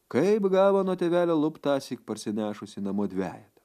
kaip gavo nuo tėvelio lupt tąsyk parsinešusi namo dvejetą